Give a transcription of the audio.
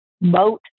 boat